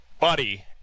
Buddy